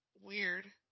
weird